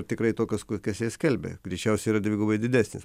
ar tikrai tokios kokias jie skelbia greičiausiai yra dvigubai didesnis